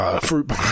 Fruit